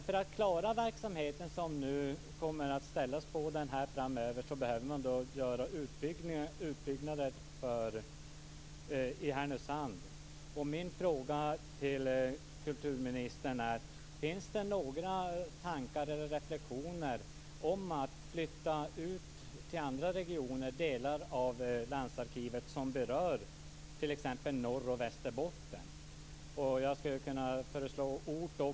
För att klara de krav som nu kommer att ställas på verksamheten framöver behöver man göra utbyggnader i Härnösand. Min fråga till kulturministern är: Finns det några tankar eller reflexioner om att till andra regioner flytta ut delar av landsarkivet som berör t.ex. Norroch Västerbotten? Jag skulle kunna föreslå ort.